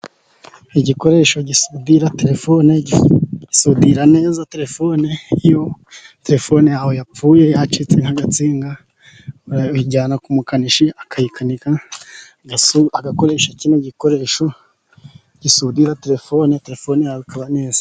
Igikoresho gisudira telefone, gisudira neza telefone. Iyo telefone yawe yapfuye, yacitseho agatsinga, urayijyana ku mukanishi akayikanika. Agakoresha kino gikoresho gisudira telefone, telefone yawe ikaba neza.